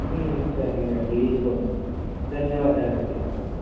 సరేనండి ఇదిగోండి ధన్యవాదాలండి